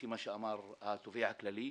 לפי מה שאמר התובע הכללי.